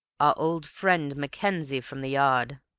our old friend mackenzie, from the yard!